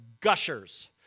gushers